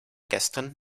gestern